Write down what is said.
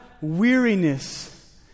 weariness